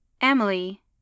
Emily